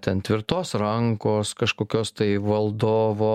ten tvirtos rankos kažkokios tai valdovo